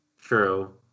True